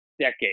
decade